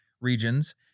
regions